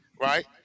right